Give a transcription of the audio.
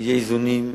יהיו איזונים.